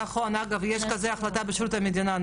נכון, יש כזו החלטה בשירות המדינה.